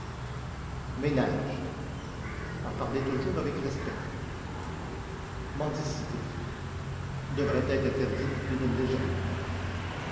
ménage en parler toujours avec respect mendicite devrait être interdite et ne l'est jamais